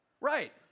Right